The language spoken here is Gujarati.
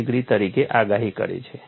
6 ડિગ્રી તરીકે આગાહી કરે છે